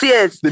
Yes